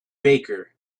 baker